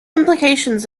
implications